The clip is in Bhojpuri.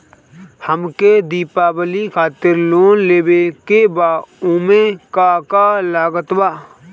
हमके दिवाली खातिर लोन लेवे के बा ओमे का का लागत बा?